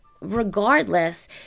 regardless